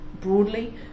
broadly